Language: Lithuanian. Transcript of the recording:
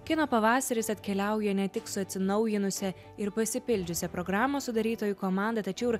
kino pavasaris atkeliauja ne tik su atsinaujinusia ir pasipildžiusia programos sudarytojų komanda tačiau ir